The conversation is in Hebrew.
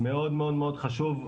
מאוד מאוד מאוד חשוב,